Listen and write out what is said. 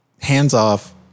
hands-off